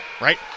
right